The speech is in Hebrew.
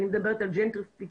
אני מדבר על ג'נטריפיקציה.